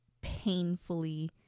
painfully